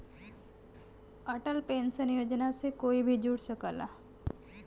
Atal pension योजना से कोई भी जुड़ सकला